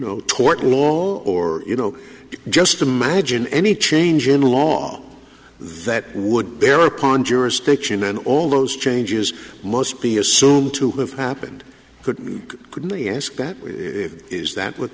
know tort law or you know just imagine any change in a law that would bear upon jurisdiction and all those changes must be assumed to have happened couldn't couldn't the ask that is that w